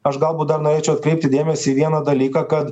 aš galbūt dar norėčiau atkreipti dėmesį į vieną dalyką kad